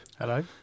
Hello